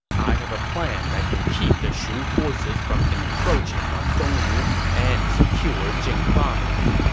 i have a plan that can keep the shu forces from encroaching on dongwu and secure jing province.